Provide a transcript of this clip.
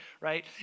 right